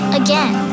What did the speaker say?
again